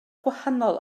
gwahanol